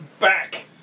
Back